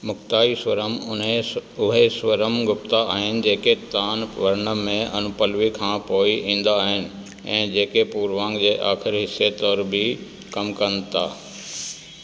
मुक्ताई स्वरम उहे स्वरम गुप्ता आहिनि जेके तव्हां वर्णम में अनुपलवी खां पोइ ईंदा आहिनि ऐं जेके पूर्वांग जे आख़िर हिसे तौर बि कम कनि था